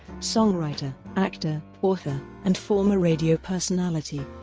songwriter, actor, author, and former radio personality.